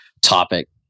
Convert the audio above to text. topic